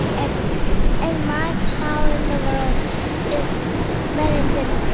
and and my wow in the world is medicine.